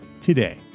today